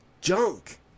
junk